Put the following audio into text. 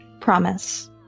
promise